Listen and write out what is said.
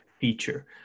feature